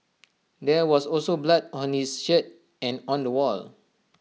there was also blood on his shirt and on the wall